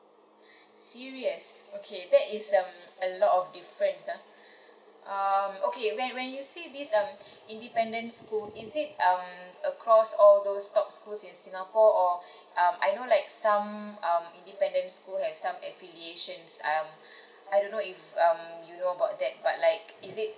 serious okay that is um a lot of difference ha um okay when when you say this um independent school is it um across all those top schools in singapore or um I know like some um independent school have some affiliations um I don't know if um you know about that but like is it